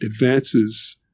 advances